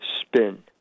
spin